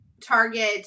target